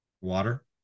water